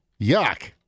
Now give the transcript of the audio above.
Yuck